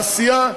בעשייה,